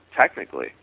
technically